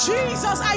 Jesus